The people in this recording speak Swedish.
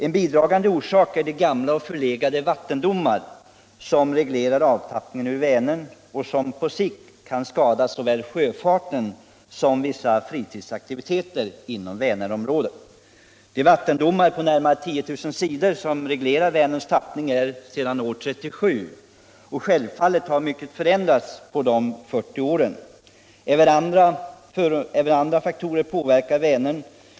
En bidragande orsak är de gamla och förlegade vattendomar som reglerar avtappningen ur Vänern och som på sikt kan skada såväl sjöfarten som vissa fritidsaktiviteter inom Vänerområdet. De vattendomar på närmare 10 000 sidor som reglerar Vänerns tappning tillkom år 1937, och självfallet har mycket förändrats under de 40 åren. Även andra faktorer påverkar Vänern.